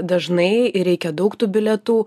dažnai ir reikia daug tų bilietų